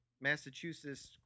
Massachusetts